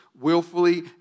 willfully